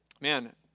Man